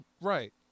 Right